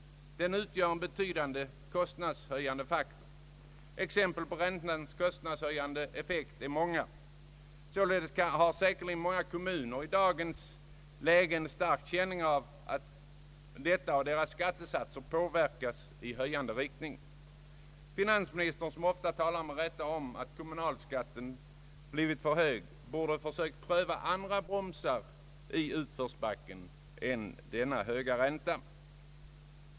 Exemplen på räntornas kostnadshöjande effekt är många. Säkerligen har många kommuner i dagens läge stark känning av detta, och deras skattesatser påverkas i höjande riktning. Finansministern, som ofta med rätta talar om att kommunalskatten blivit för hög, borde ha försökt andra bromsar i utförsbacken än denna höga ränta.